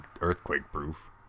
earthquake-proof